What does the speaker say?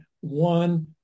one